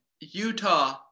Utah